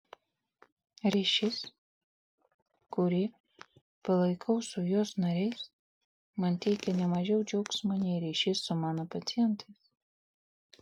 ryšys kurį palaikau su jos nariais man teikia ne mažiau džiaugsmo nei ryšys su mano pacientais